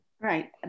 Right